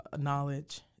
knowledge